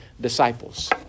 disciples